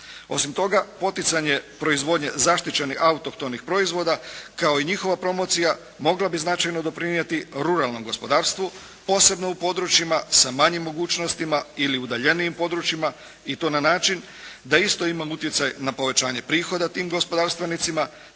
Osim toga poticanje proizvodnje zaštićenih autohtonih proizvoda kao i njihova promocija mogla bi značajno doprinijeti ruralnom gospodarstvu posebno u područjima sa manjim mogućnostima ili udaljenijim područjima i to na način da isto imam utjecaj na povećanje prihoda tim gospodarstvenicima,